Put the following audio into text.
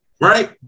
right